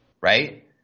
right